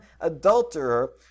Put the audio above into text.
adulterer